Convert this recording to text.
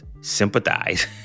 sympathize